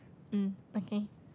mm okay